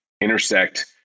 Intersect